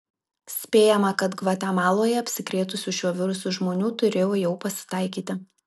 spėjama kad gvatemaloje apsikrėtusių šiuo virusu žmonių turėjo jau pasitaikyti